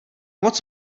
moc